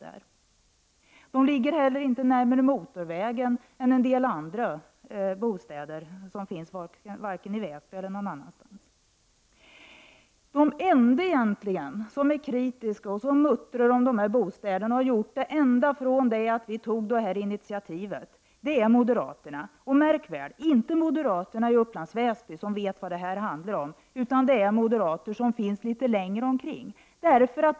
De ligger inte närmare motorvägen än en del andra bostäder i Väsby och annorstädes. De egentligen enda som är kritiska och muttrar om dessa bostäder samt har gjort det ända sedan vi tog initiativet till dem är moderater. Märk väl, det är inte moderaterna i Upplands Väsby, som vet vad det handlar om, utan det är moderater som bor längre bort.